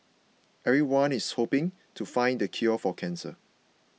everyone is hoping to find the cure for cancer